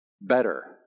better